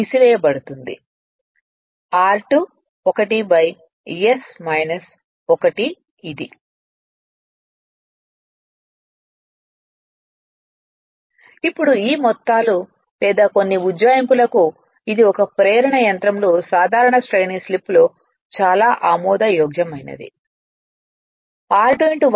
తీసివేయబడుతుంది r2 '1 ఇప్పుడు ఈ మొత్తాలు లేదా కొన్ని ఉజ్జాయింపులకు ఇది ఒక ప్రేరణ యంత్రంలో సాధారణ శ్రేణి స్లిప్లో చాలా ఆమోదయోగ్యమైనది